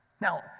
Now